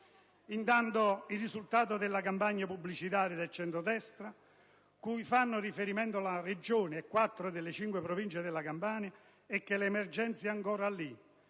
Intanto, il risultato della campagna pubblicitaria del centrodestra, cui fanno riferimento la Regione e quattro delle cinque Province della Campania, è che l'emergenza è ancora lì,